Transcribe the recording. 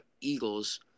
Eagles